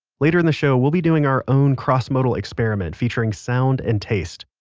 later in the show, we'll be doing our own crossmodal experiment featuring sound and taste,